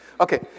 Okay